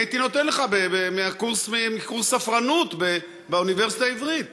אני הייתי נותן לך מקורס ספרנות באוניברסיטה העברית.